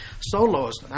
solos